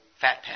fat